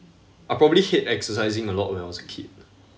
I probably hate exercising a lot when I was a kid